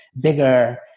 bigger